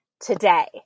today